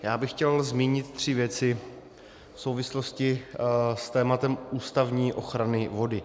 Já bych chtěl zmínit tři věci v souvislosti s tématem ústavní ochrany vody.